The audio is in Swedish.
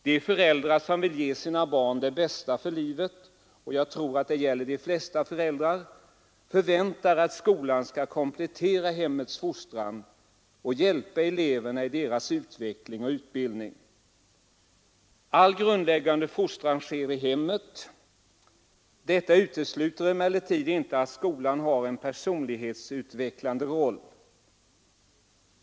De föräldrar som vill ge sina barn det bästa för livet — jag tror att detta gäller de flesta föräldrar — förväntar att skolan skall komplettera hemmets fostran och hjälpa eleverna i deras utveckling och utbildning. All grundläggande fostran sker i hemmet. Detta utesluter emellertid inte att skolan har en personlighetsutvecklande roll.